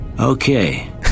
okay